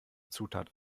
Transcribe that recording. zutat